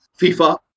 FIFA